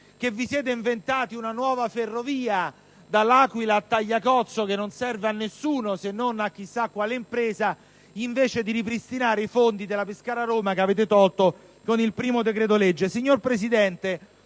che vi siete inventati una nuova ferrovia dall'Aquila a Tagliacozzo, che non serve a nessuno se non a chissà quale impresa, invece di ripristinare i fondi della Pescara-Roma che avete tolto con il primo decreto-legge.